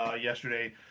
yesterday